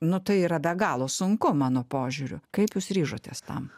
nu tai yra be galo sunku mano požiūriu kaip jūs ryžotės tam